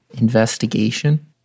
Investigation